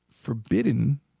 forbidden